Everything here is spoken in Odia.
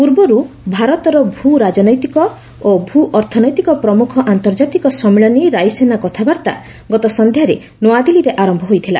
ପୂର୍ବରୁ ଭାରତର ଭୂ ରାଜନୈତିକ ଓ ଭୂ ଅର୍ଥନୈତିକ ପ୍ରମୁଖ ଆନ୍ତର୍ଜାତିକ ସମ୍ମିଳନୀ ରାଇସିନା କଥାବାର୍ତ୍ତା ଗତ ସନ୍ଧ୍ୟାରେ ନ୍ତଆଦିଲ୍ଲୀରେ ଆରମ୍ଭ ହୋଇଥିଲା